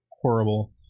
horrible